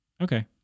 okay